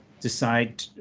decide